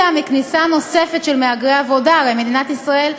כניסה נוספת של מהגרי עבודה למדינת ישראל,